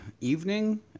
evening